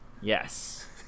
Yes